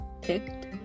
picked